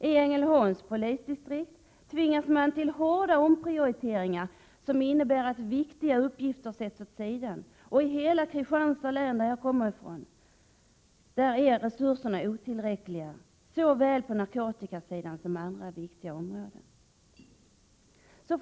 I Ängelholms polisdistrikt tvingas man till hårda omprioriteringar, som innebär att viktiga uppgifter sätts åsido, och i hela Kristianstads län, varifrån jag kommer, är resurserna otillräckliga såväl på narkotikasidan som på andra viktiga områden.